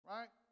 Right